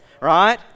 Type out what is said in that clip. right